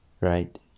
Right